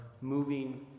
moving